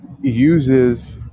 uses